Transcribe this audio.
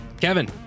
Kevin